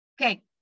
Okay